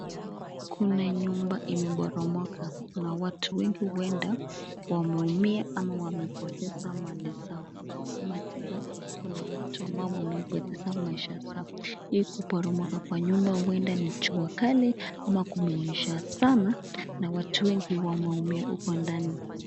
Kuna nyumba imboromoka na watu wengi huenda wameumia ama wamepoteza mali zao ama tena kuna watu amabao wamepoteza maisha. Hii kuporomoka kwa nyumba huenda ni jua kali ama kumenyesha sana na watu wengi wameumia huko ndani.